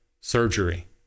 surgery